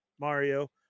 Mario